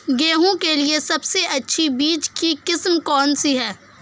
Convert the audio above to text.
गेहूँ के लिए सबसे अच्छी बीज की किस्म कौनसी है?